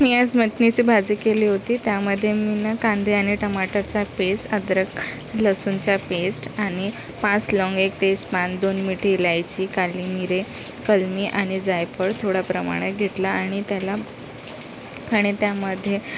मी आज मटणीची भाजी केली होती त्यामधे मी ना कांदे आणि टमाटरचा पेस अद्रक लसूणचा पेस्ट आणि पाच लवंग एक तेजपान दोन मिठी इलायची काली मिरे कलमी आणि जायफळ थोडा प्रमाणात घेतला आणि त्याला आणि त्यामधे